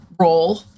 role